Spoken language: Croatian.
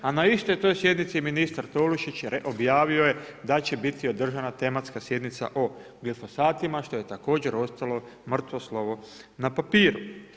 A na istoj toj sjednici ministar Tolušić objavio je da će biti održana tematska sjednica o … što je također ostalo mrtvo slovo na papiru.